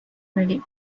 ready